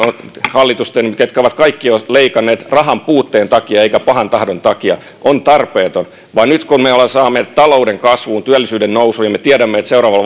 hallitusten jotka ovat kaikki leikanneet rahanpuutteen takia eivätkä pahan tahdon takia on tarpeeton nyt kun me olemme saaneet talouden kasvuun työllisyyden nousuun ja me tiedämme että seuraavalla